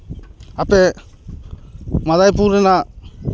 ᱟᱯᱮ ᱢᱟᱫᱷᱟᱭᱯᱩᱨ ᱨᱮᱱᱟᱜ